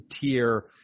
tier